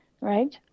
right